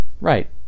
Right